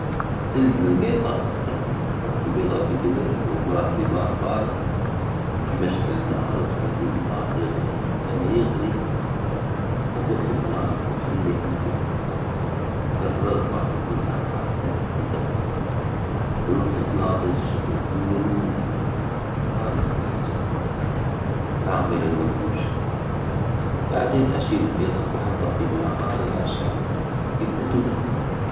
سلج البيضة سهل، حط البيضة في جدر و اغمره بماء بارد، ثم شعل نار وخلي الماء يغلي، لما يغلي خفف النار وخله يسلج حسب الرغبة من أربعة لست دقائق، نصف ناضج كامل النضوج و بعدين أشيل البيضة وأحطه في ماء بارد عشان يبرد و بس.